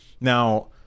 Now